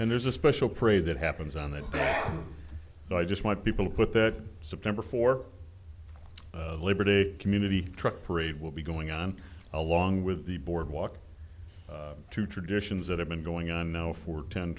and there's a special prey that happens on that i just want people to put that september for labor day community truck parade will be going on along with the boardwalk two traditions that have been going on now for ten